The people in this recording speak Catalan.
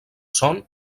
son